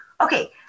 Okay